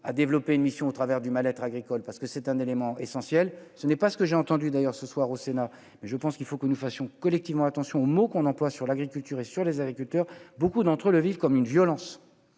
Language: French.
à développer une mission au travers du mal-être agricole parce que c'est un élément essentiel, ce n'est pas ce que j'ai entendu d'ailleurs ce soir au Sénat, mais je pense qu'il faut que nous fassions collectivement attention aux mots qu'on emploie sur l'agriculture et sur les agriculteurs, beaucoup d'entre le vivent comme une violence